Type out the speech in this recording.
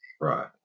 right